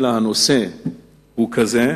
אלא הנושא הוא כזה.